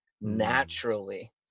naturally